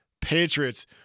Patriots